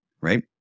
right